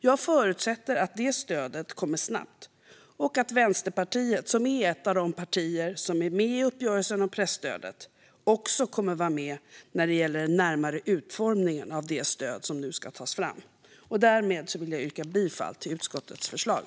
Jag förutsätter att detta stöd kommer snabbt och att Vänsterpartiet, som är ett av de partier som är med i uppgörelsen om presstödet, också kommer att vara med när det gäller den närmare utformningen av det stöd som nu ska tas fram. Därmed vill jag yrka bifall till utskottets förslag.